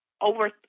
over